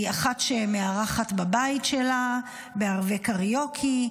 היא אחת שמארחת בבית שלה לערבי קריוקי,